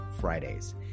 Fridays